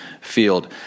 field